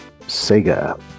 Sega